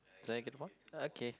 so I get the point okay